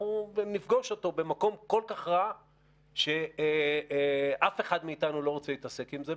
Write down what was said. אנחנו נפגוש אותו במקום כל כך רע שאף אחד מאיתנו לא רוצה להתעסק עם זה.